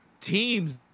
teams